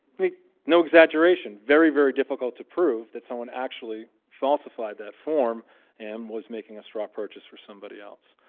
like no exaggeration. very, very difficult to prove that someone actually falsified that form and was making a straw purchase for somebody else.